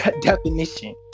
definition